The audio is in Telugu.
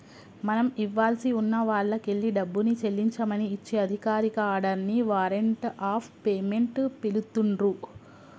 మనం ఇవ్వాల్సి ఉన్న వాల్లకెల్లి డబ్బుని చెల్లించమని ఇచ్చే అధికారిక ఆర్డర్ ని వారెంట్ ఆఫ్ పేమెంట్ పిలుత్తున్రు